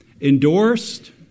endorsed